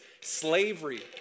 slavery